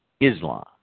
Islam